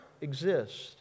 exist